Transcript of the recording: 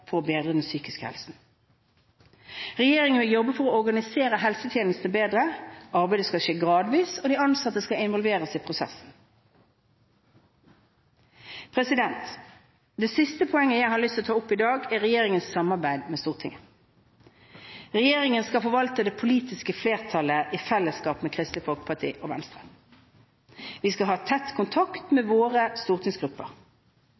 for å bedre den psykiske helsen. Regjeringen vil jobbe for å organisere helsetjenester bedre. Arbeidet skal skje gradvis, og de ansatte skal involveres i prosessen. Det siste poenget jeg har lyst å ta opp i dag, er regjeringens samarbeid med Stortinget. Regjeringen skal forvalte det politiske flertallet i fellesskap med Kristelig Folkeparti og Venstre. Vi skal ha tett kontakt